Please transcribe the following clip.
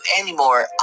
anymore